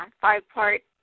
five-part